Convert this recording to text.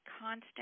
constant